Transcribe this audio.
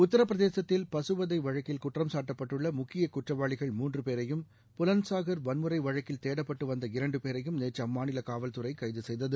உத்தரப்பிர தேசத்தில் பசு வதை வழக்கில் குற்றம் சாட்டப்பட்டுள்ள முக்கிய குற்றவாளிகள் மூன்று பேரையும் புலந்துசாகர் வன்முறை வழக்கில் தேடப்பட்டு வந்த இரண்டு பேரையும் நேற்று அம்மாநில காவல்துறை கைது செய்தது